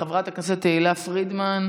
חברת הכנסת תהלה פרידמן,